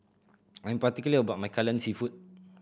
I am particular about my Kai Lan Seafood